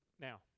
Now